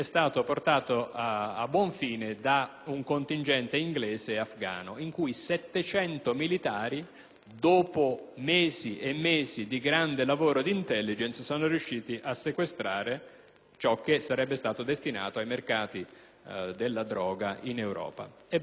dopo mesi e mesi di grande lavoro di *intelligence*, sono riusciti a sequestrare un quantitativo che sarebbe stato destinato ai mercati della droga in Europa. Ebbene, 700 militari, nell'economia della presenza di un contingente nazionale, sono una quota